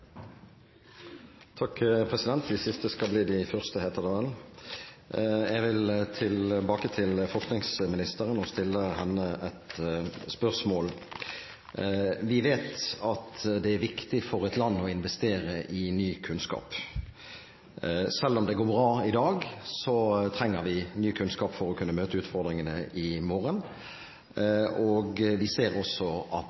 Jeg vil tilbake til forskningsministeren og stille henne et spørsmål. Vi vet at det er viktig for et land å investere i ny kunnskap. Selv om det går bra i dag, trenger vi ny kunnskap for å kunne møte utfordringene i morgen. Vi ser også at